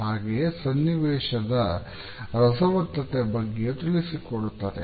ಹಾಗೆಯೇ ಸನ್ನಿವೇಶದ ರಸವತ್ತತೆ ಬಗ್ಗೆಯೂ ತಿಳಿಸಿಕೊಡುತ್ತದೆ